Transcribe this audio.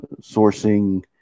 sourcing